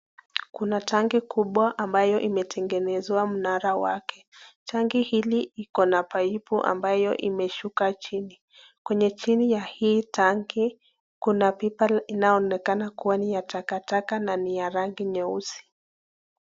Kuna tanki kubwa ambalo imetengenezwa mnara wake , tanki hili iko na paipu ambayo imeshuka chini . Kwenye chini ya hii tanki kuna pipa inayoonekana kuwa ni ya takataka na ni ya rangi nyeusi.